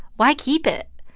why keep it?